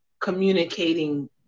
communicating